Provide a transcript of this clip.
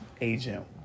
agent